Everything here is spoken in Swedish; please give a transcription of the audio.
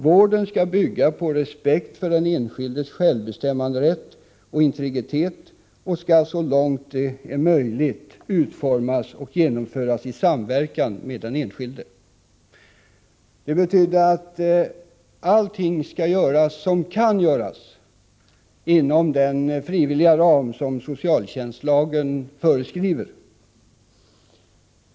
Vården skall bygga på respekt för den enskildes självbestämmanderätt och integritet och skall så långt det är möjligt utformas och genomföras i samverkan med den enskilde.” Det betyder att allting skall göras som kan göras inom den frivilliga ram som socialtjänstlagen anger.